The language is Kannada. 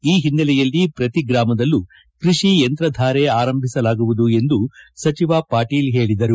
ಈ ಹಿನ್ನೆಲೆಯಲ್ಲಿ ಪ್ರತಿ ಗ್ರಾಮದಲ್ಲೂ ಕೃಷಿ ಯಂತ್ರಧಾರೆ ಆರಂಭಿಸಲಾಗುವುದು ಎಂದು ಸಚಿವ ವಾಟೀಲ್ ಹೇಳಿದರು